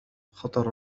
خطر